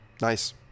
nice